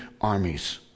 armies